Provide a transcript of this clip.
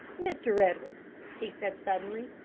mr. edwards, he said suddenly,